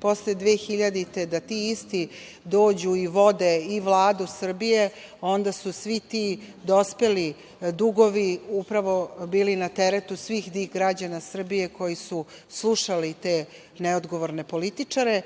posle 2000. godine, da ti isti dođu i vode i Vladu Srbije, onda su svi ti dospeli dugovi upravo bili na teretu svih građana Srbije koji su slušali te neodgovorne političare.